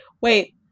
Wait